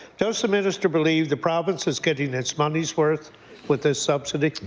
does the minister believe the province is getting its money's worth with this subsidy?